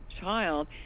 child